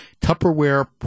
Tupperware